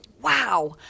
wow